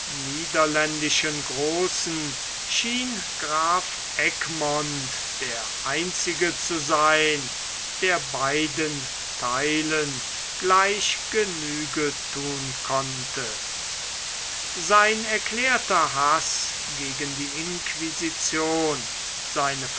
niederländischen großen schien graf egmont der einzige zu sein der beiden theilen gleich genüge thun konnte sein erklärter haß gegen die inquisition seine